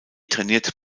trainiert